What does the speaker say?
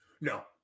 No